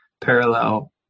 parallel